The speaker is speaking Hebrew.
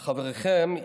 וחבריכם,